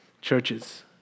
churches